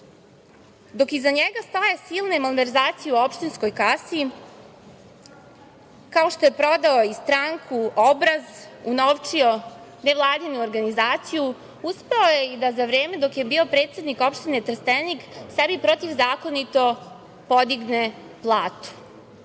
iza njega staju silne malverzacije u opštinskoj kasi, kao što je prodao i stranku, obraz, unovčio nevladinu organizaciju, uspeo je da za vreme dok je bio predsednik Opštine Trstenik sebi protivzakonito podigne platu. Iza